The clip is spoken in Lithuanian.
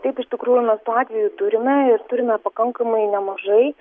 taip iš tikrųjų mes tų atvejų turime ir turime pakankamai nemažai